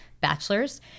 bachelor's